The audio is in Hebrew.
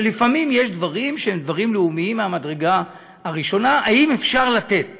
ולפעמים יש דברים שהם דברים לאומיים ממדרגה ראשונה: האם אפשר לתת